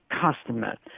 customer